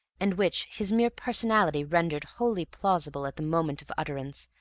and which his mere personality rendered wholly plausible at the moment of utterance,